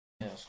Yes